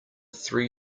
three